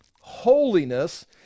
holiness